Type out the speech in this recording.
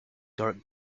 dark